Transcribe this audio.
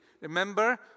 Remember